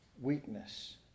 weakness